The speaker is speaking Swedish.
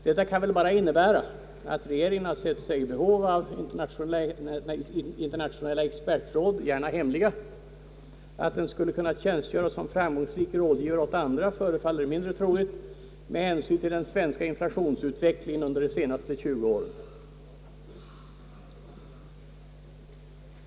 Detta kan väl bara innebära att regeringen ansett sig i behov av internationella expertråd, gärna hemliga. Att den skulle kunna tjänstgöra som framgångsrik rådgivare åt andra förefaller mindre troligt med hänsyn till den svenska inflationsutvecklingen under de senaste tjugo åren.